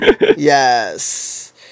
Yes